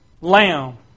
lamb